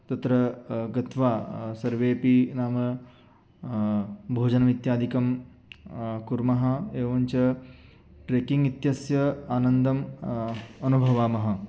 तत्र गत्वा सर्वेऽपि नाम भोजनम् इत्यादिकं कुर्मः एवञ्च ट्रेक्किङ्ग् इत्यस्य आनन्दम् अनुभवामः